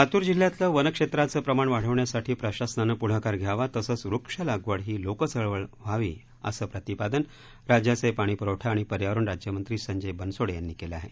लातूर जिल्ह्यातलं वन क्षेत्राचं प्रमाण वाढवण्यासाठी प्रशासनानं पुढाकार घ्यावा तसंच वृक्षलागवड ही लोक चळवळ व्हावी असं प्रतिपादन राज्याचे पाणीपुरवठा आणि पर्यावरण राज्यमंत्री संजय बनसोडे यांनी केलं आहे